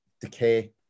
decay